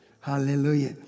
Hallelujah